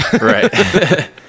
Right